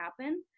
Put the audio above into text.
happen